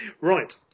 Right